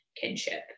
kinship